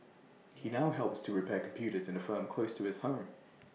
he now helps to repair computers in A firm close to his home